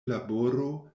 laboro